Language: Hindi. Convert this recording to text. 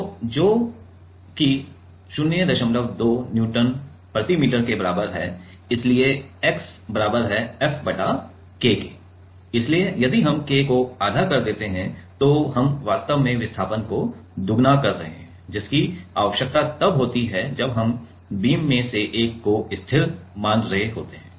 तो जो कि 02 न्यूटन प्रति मीटर के बराबर है इसलिए x बराबर है F बटा K इसलिए यदि हम K को आधा कर देते हैं तो हम वास्तव में विस्थापन को दोगुना कर रहे हैं जिसकी आवश्यकता तब होती है जब हम बीम में से एक को स्थिर मान रहे होते हैं